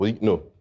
No